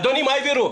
אדוני, מה העבירו?